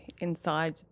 inside